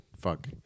fuck